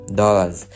dollars